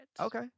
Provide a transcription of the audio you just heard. Okay